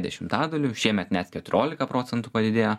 dešimtadaliu šiemet net keturiolika procentų padidėjo